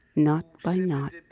knot by knot,